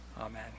Amen